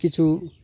ᱠᱤᱪᱷᱩ